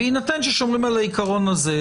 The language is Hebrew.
בהינתן ששומרים על העיקרון הזה,